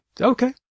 Okay